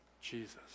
Jesus